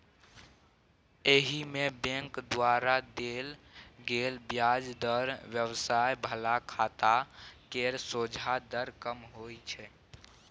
एहिमे बैंक द्वारा देल गेल ब्याज दर व्यवसाय बला खाता केर सोंझा दर कम होइ छै